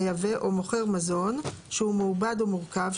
מייבא או מוכר מזון שהוא מעובד או מורכב,